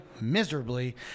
miserably